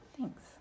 Thanks